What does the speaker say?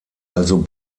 also